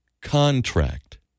contract